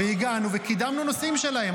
והגענו וקידמנו נושאים שלהם.